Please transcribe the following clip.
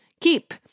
keep